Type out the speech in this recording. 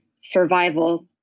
survival